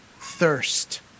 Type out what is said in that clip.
thirst